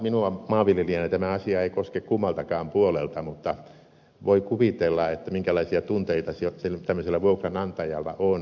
minua maanviljelijänä tämä asia ei koske kummaltakaan puolelta mutta voi kuvitella minkälaisia tunteita tämmöisellä vuokranantajalla on